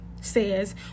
says